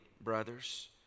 brothers